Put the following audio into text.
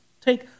take